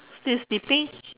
this depict